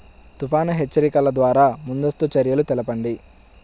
తుఫాను హెచ్చరికల ద్వార ముందస్తు చర్యలు తెలపండి?